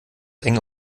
eng